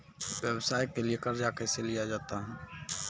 व्यवसाय के लिए कर्जा कैसे लिया जाता हैं?